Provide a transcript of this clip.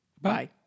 Bye